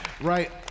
Right